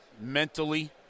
mentally